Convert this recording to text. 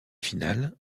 finale